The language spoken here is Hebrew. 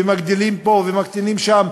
ומגדילים פה ומקטינים שם,